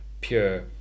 pure